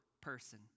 person